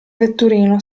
vetturino